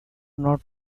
not